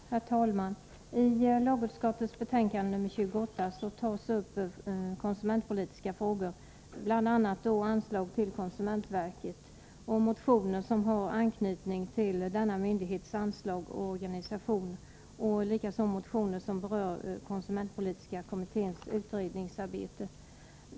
Herr talman! I lagutskottets betänkande nr 28 behandlas konsumentpolitiska frågor, bl.a. frågan om anslag till konsumentverket, motioner som har anknytning till denna myndighets anslag och organisation samt motioner som berör konsumentpolitiska kommitténs utredningsarbete.